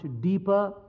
deeper